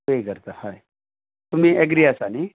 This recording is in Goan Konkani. पे करता हय तुमी एग्री आसा न्हय